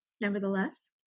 nevertheless